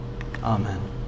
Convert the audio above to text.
Amen